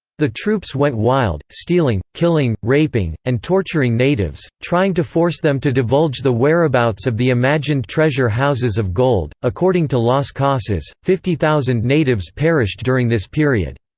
the troops went wild, stealing, killing, raping, and torturing natives, trying to force them to divulge the whereabouts of the imagined treasure-houses of gold. according to las casas, fifty thousand natives perished during this period.